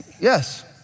yes